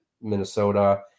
Minnesota